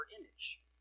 image